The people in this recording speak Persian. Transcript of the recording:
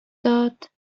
داد